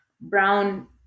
brown